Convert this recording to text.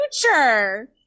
future